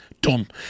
done